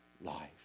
life